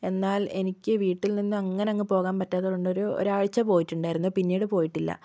എന്നാൽ എനിക്ക് വീട്ടിൽ നിന്ന് അങ്ങനെ അങ്ങ് പോകാൻ പറ്റാത്തതു കൊണ്ട്ഒരു ഒരാഴ്ച്ച പോയിട്ടുണ്ടായിരുന്നു പിന്നീട് പോയിട്ടില്ല